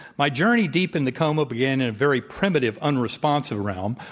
my journey deep in the coma began in a very primitive unresponsive realm,